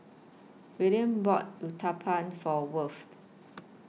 Willian bought Uthapam For Worth